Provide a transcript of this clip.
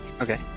Okay